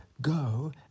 go